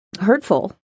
hurtful